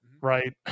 right